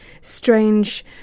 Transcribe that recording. strange